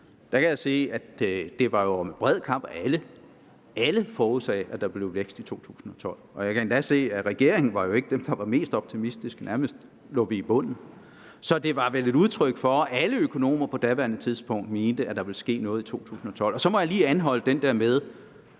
der kan jeg se, at man jo over en bred kam var enige, og at alle – alle – forudsagde, at der blev vækst i 2012. Jeg kan endda se, at regeringen ikke var dem, der var mest optimistiske, vi lå nærmest i bunden. Så det var vel et udtryk for, at alle økonomer på daværende tidspunkt mente, at der ville ske noget i 2012. Så må jeg også lige anholde den der med,